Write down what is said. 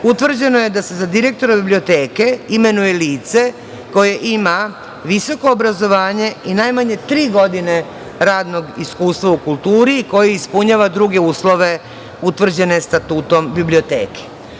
utvrđeno je da se za direktora biblioteke imenuje lice koje ima visoko obrazovanje i najmanje tri godine radnog iskustva u kulturi, koje ispunjava druge uslove utvrđene statutom biblioteke.